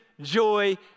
joy